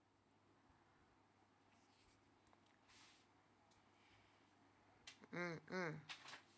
mm mm